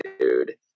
dude